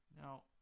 Now